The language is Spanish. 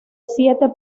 siete